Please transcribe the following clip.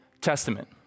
Testament